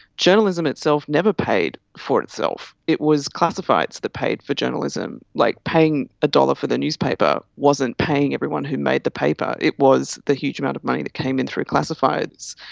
journalism itself never paid for itself. it was classifieds that paid for journalism. like paying a dollar for the newspaper wasn't paying everyone who made the paper, it was the huge amount of money that came in through classifieds.